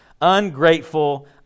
ungrateful